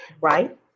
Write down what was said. Right